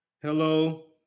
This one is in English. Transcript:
hello